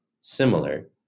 similar